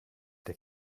der